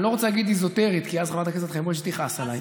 אני לא רוצה להגיד שהיא אזוטרית כי אז חברת הכנסת חיימוביץ' תכעס עליי,